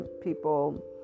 people